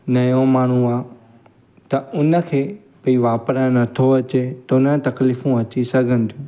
नयों माण्हू आहे त उन खे भई वापरणु नथो अचे त उन खे तकलीफ़ूं अची सघनि थियूं